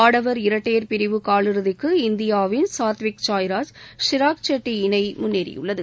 ஆடவர் இரட்டையர் பிரிவு காலிறதிக்கு இந்தியாவின் சத்விக் சாய்ராஜ் ரங்கிரெட்டி ஷிராக் ஷெட்டி இணை முன்னேறியுள்ளது